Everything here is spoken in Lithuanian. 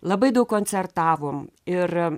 labai daug koncertavom ir